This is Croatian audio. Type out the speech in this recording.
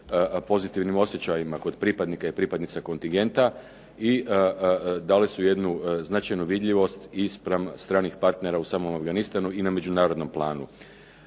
pozitivnim osjećajima kod pripadnika i pripadnica kontingenta i dali su jednu značajnu vidljivost i spram stranih partnera u samom Afganistanu i na međunarodnom planu.